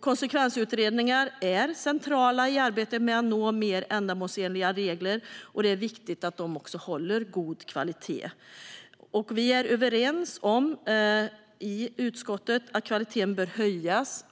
Konsekvensutredningar är centrala i arbetet med att nå mer ändamålsenliga regler. Det är viktigt att de också håller god kvalitet. Vi är i utskottet överens om att kvaliteten bör höjas